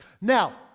Now